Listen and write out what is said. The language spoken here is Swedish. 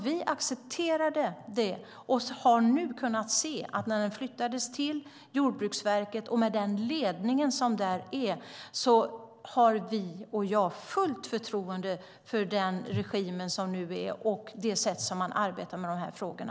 Vi accepterade det, och efter att den flyttades till Jordbruksverket och med den ledning som är där har vi nu fullt förtroende för regimen och det sätt som man arbetar på med de här frågorna.